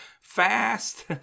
fast